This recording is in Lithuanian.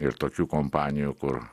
ir tokių kompanijų kur